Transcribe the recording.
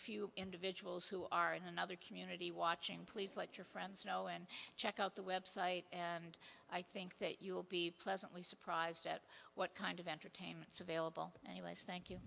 few individuals who are in another community watching please let your friends know and check out the website and i think that you'll be pleasantly surprised at what kind of entertainments available and he was thank you